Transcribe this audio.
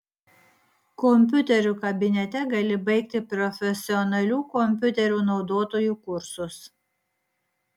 kompiuterių kabinete gali baigti profesionalių kompiuterių naudotojų kursus